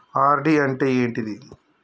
RD అంటే ఏంటిది?